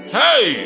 hey